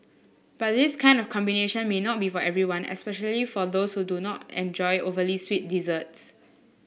but this kind of combination may not be for everyone especially for those who don't enjoy overly sweet desserts